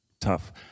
tough